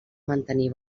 mantenir